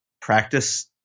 practice